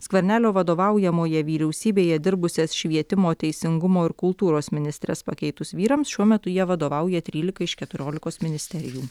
skvernelio vadovaujamoje vyriausybėje dirbusias švietimo teisingumo ir kultūros ministres pakeitus vyrams šiuo metu jie vadovauja trylikai iš keturiolikos ministerijų